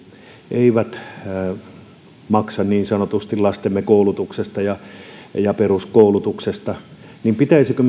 eivät niin sanotusti maksa lastemme koulutuksesta ja ja peruskoulutuksesta pitäisikö